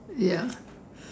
ya